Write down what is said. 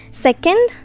Second